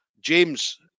James